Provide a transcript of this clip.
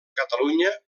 catalunya